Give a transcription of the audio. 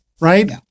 right